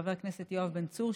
חבר הכנסת יואב בן צור,